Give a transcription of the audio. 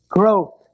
Growth